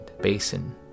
basin